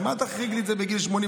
אז מה תחריג את זה בגיל 80?